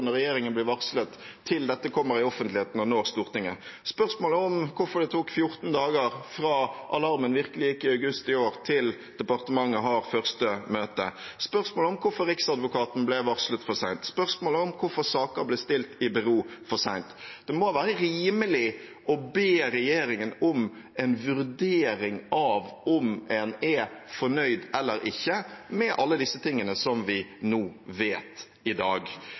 regjeringen ble varslet, til dette kom til offentligheten og nådde Stortinget. Spørsmålet er hvorfor det tok 14 dager fra alarmen virkelig gikk i august i år, til departementet hadde det første møtet. Spørsmålet er hvorfor Riksadvokaten ble varslet for seint. Spørsmålet er hvorfor saker ble stilt i bero for seint. Det må være rimelig å be regjeringen om en vurdering av om en er fornøyd eller ikke med alle disse tingene som vi vet i dag.